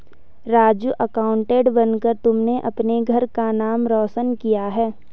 Raju accountant बनकर तुमने अपने घर का नाम रोशन किया है